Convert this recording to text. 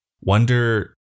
wonder